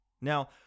now